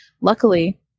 Luckily